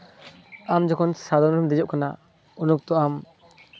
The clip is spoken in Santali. ᱟᱢ ᱡᱚᱠᱷᱚᱱ ᱥᱟᱫᱚᱢ ᱨᱮᱢ ᱫᱮᱡᱚᱜ ᱠᱟᱱᱟ ᱩᱱ ᱚᱠᱛᱚ ᱟᱢ